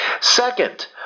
Second